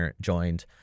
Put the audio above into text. joined